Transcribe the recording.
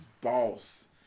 boss